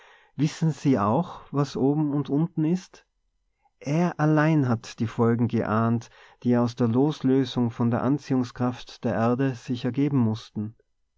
wissen sie auch was oben und unten ist er allein hat die folgen geahnt die aus der loslösung von der anziehungskraft der erde sich ergeben mußten